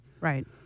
Right